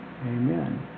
Amen